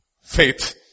Faith